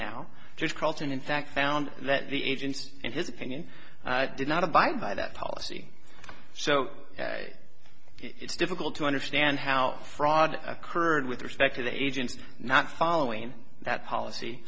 now just crossed and in fact found that the agency in his opinion did not abide by that policy so it's difficult to understand how fraud occurred with respect to the agents not following that policy